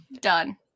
Done